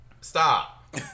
Stop